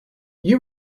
you